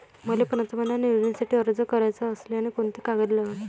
मले पंतप्रधान योजनेसाठी अर्ज कराचा असल्याने कोंते कागद लागन?